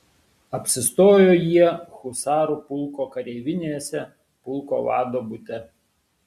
apsistojo jie husarų pulko kareivinėse pulko vado bute